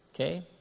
Okay